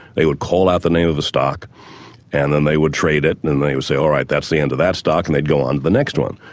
they would call out the name of the stock and then they would trade it and and they would say, all right, that's the end of that stock', and they'd go on to the next one.